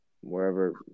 wherever